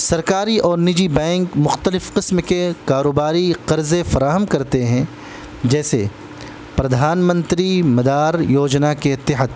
سرکاری اور نجی بینک مختلف قسم کے کاروباری قرضے فراہم کرتے ہیں جیسے پردھان منتری مدد یوجنا کے تحت